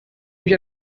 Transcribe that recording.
mich